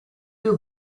you